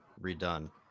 redone